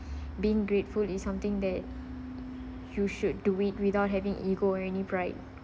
been grateful is something that you should do it without having ego and any pride